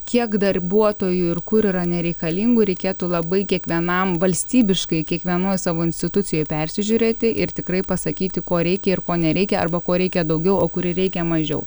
kiek darbuotojų ir kur yra nereikalingų reikėtų labai kiekvienam valstybiškai kiekvienoj savo institucijoj persižiūrėti ir tikrai pasakyti ko reikia ir ko nereikia arba ko reikia daugiau o kur reikia mažiau